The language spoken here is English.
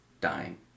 dying